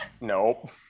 nope